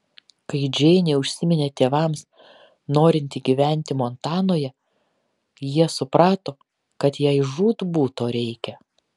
kai džeinė užsiminė tėvams norinti gyventi montanoje jie suprato kad jai žūtbūt to reikia